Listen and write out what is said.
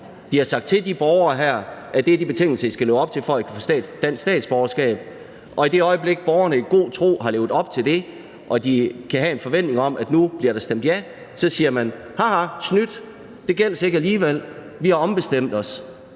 De har sagt til de borgere her, at det er de betingelser, de skal leve op til for at kunne få dansk statsborgerskab, og i det øjeblik borgerne i god tro har levet op til det og kan have en forventning om, at der nu bliver stemt ja, så siger man: Haha, snydt, det gælder ikke alligevel; vi har ombestemt os,